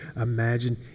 imagine